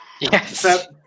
Yes